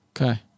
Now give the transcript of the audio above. Okay